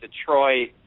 Detroit